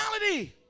reality